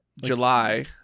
July